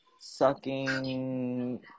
sucking